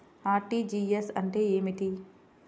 RTGS అంటే ఏమిటి?